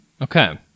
Okay